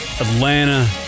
Atlanta